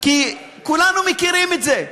כי כולנו מכירים את זה.